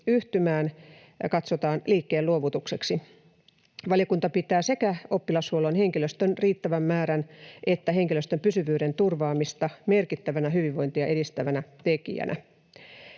katsotaan liikkeenluovutukseksi. Valiokunta pitää sekä oppilashuollon henkilöstön riittävän määrän että henkilöstön pysyvyyden turvaamista merkittävänä hyvinvointia edistävänä tekijänä.